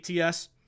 ATS